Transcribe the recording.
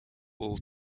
all